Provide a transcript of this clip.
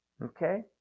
Okay